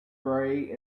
grey